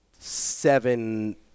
seven